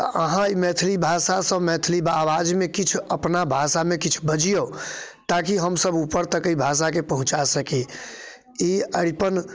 तऽ अहाँ ई मैथिली भाषासँ मैथिली आवाजमे किछु अपना भाषामे किछु बजियौ ताकि हमसब उपर तक अइ भाषाके पहुँचा सकी ई अरिपन